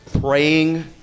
praying